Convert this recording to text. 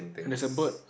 and there's a bird